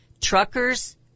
Truckers